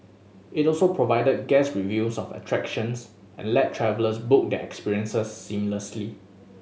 it also provide guest reviews of attractions and let travellers book their experiences seamlessly